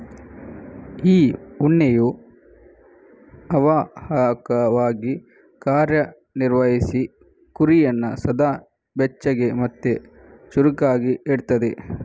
ಈ ಉಣ್ಣೆಯು ಅವಾಹಕವಾಗಿ ಕಾರ್ಯ ನಿರ್ವಹಿಸಿ ಕುರಿಯನ್ನ ಸದಾ ಬೆಚ್ಚಗೆ ಮತ್ತೆ ಚುರುಕಾಗಿ ಇಡ್ತದೆ